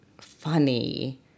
funny